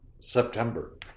September